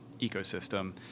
ecosystem